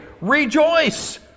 rejoice